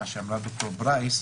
שאמרה ד"ר פרייס,